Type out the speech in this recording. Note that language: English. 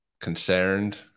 concerned